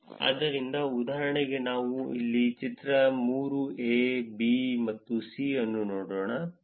ಆದ್ದರಿಂದ ಉದಾಹರಣೆಗೆ ನಾವು ಚಿತ್ರ 3 ಎ ಬಿ ಮತ್ತು ಸಿ ಅನ್ನು ನೋಡೋಣ